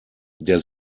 der